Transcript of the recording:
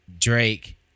Drake